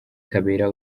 kabera